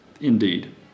Indeed